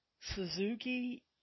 Suzuki